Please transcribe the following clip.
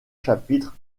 chapitres